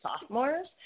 sophomores